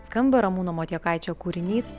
skamba ramūno motiekaičio kūrinys